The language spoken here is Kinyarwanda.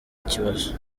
kibazo